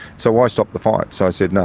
so i stopped the fights. i said, no,